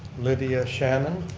lydia shannon.